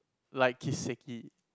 like Kiseki